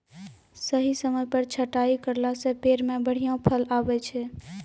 सही समय पर छंटाई करला सॅ पेड़ मॅ बढ़िया फल आबै छै